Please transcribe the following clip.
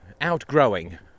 outgrowing